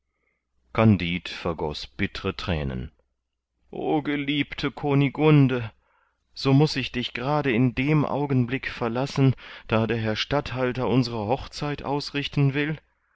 kandid vergoß bittre thränen o geliebte kunigunde so muß ich dich gerade in dem augenblick verlassen da der herr statthalter unsere hochzeit ausrichten will